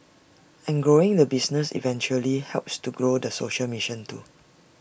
and growing the business eventually helps to grow the social mission too